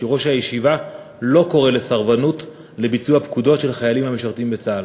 כי ראש הישיבה לא קורא לסרבנות לביצוע פקודות של חיילים המשרתים בצה"ל.